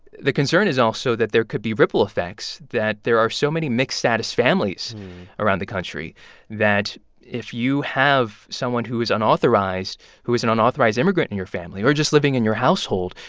the concern is also that there could be ripple effects, that there are so many mixed-status families around the country that if you have someone who is unauthorized who is an unauthorized immigrant in your family or just living in your household,